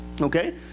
Okay